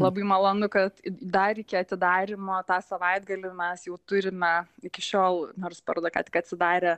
labai malonu kad dar iki atidarymo tą savaitgalį mes jau turime iki šiol nors paroda kątik atsidarė